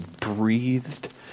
breathed